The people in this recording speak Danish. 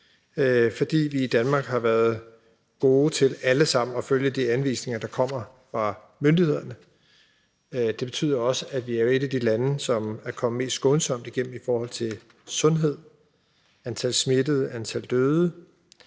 fordi vi i Danmark har været gode til alle sammen at følge de anvisninger, der kommer fra myndighederne. Det betyder også, at vi er et af de lande, som er kommet mest skånsomt igennem i forhold til sundhed, antal smittede og antal døde.